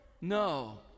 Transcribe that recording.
No